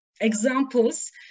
examples